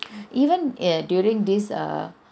even err during this err